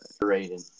great